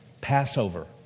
Passover